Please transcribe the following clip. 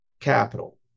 capital